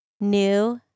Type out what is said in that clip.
new